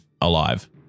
alive